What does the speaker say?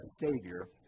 savior